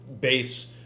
base